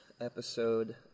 episode